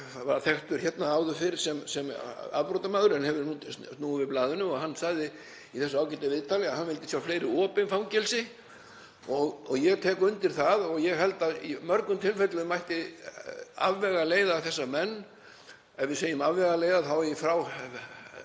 var nú þekktur hérna áður fyrr sem afbrotamaður en hann hefur snúið við blaðinu. Hann sagði í þessu ágæta viðtali að hann vildi sjá fleiri opin fangelsi og ég tek undir það. Ég held að í mörgum tilfellum mætti afvegaleiða þessa menn. Ef ég segi afvegaleiða þá á